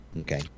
Okay